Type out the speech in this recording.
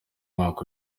mwaka